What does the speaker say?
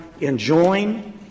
enjoin